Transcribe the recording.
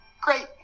Great